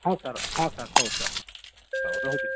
ହଁ ସାର୍ ହଁ ସାର୍ ହଉ ସାର୍ ହଉ ରହୁଛି